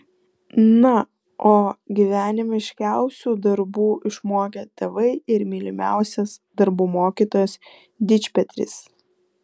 na o gyvenimiškiausių darbų išmokė tėvai ir mylimiausias darbų mokytojas dičpetris